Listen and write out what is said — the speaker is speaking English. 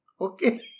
Okay